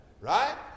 Right